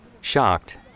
Shocked